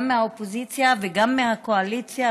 גם מהאופוזיציה וגם מהקואליציה,